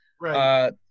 Right